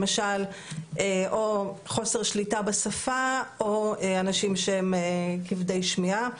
למשל או חוסר שליטה בשפה או אנשים שהם כבדי שמיעה.